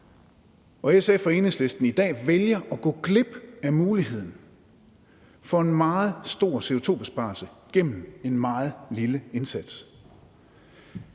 SF og Enhedslisten i dag vælger at gå glip af muligheden for en meget stor CO2-besparelse gennem en meget lille indsats,